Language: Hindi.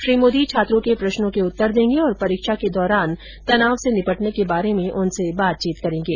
श्री मोदी छात्रों के प्रश्नों के उत्तर देंगे और परीक्षा के दौरान तनाव से निपटने के बारे में उनसे बातचीत करेंगे